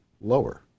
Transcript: lower